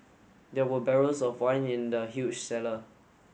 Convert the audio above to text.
there were barrels of wine in the huge cellar